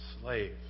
slave